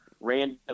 random